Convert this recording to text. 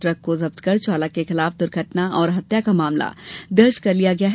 truck को जब्त कर चालक के खिलाफ दुर्घटना और हत्या का मामला दर्ज कर लिया है